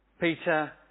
Peter